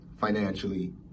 financially